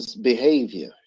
behavior